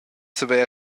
saver